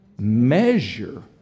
Measure